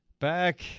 Back